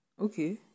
Okay